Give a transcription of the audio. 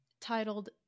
titled